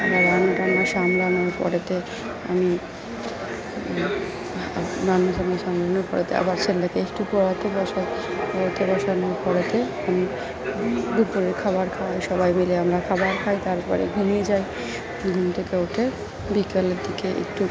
রান্না টান্না সামলানোর পরেতে আমি রান্না টান্না সামলানোর পরেতে আবার ছেলেকে একটু পড়াতে বসাই পড়াতে বসানোর পরেতে আমি দুপুরের খাবার খাওয়াই সবাই মিলে আমরা খাবার খাই তারপরে ঘুমিয়ে যাই ঘুম থেকে ওঠে বিকেলের দিকে একটু